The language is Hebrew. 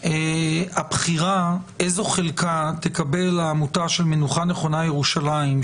הבחירה איזו חלקה תקבל העמותה של מנוחה נכונה ירושלים,